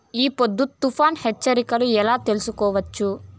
ఈ పొద్దు తుఫాను హెచ్చరికలు ఎలా తెలుసుకోవచ్చు?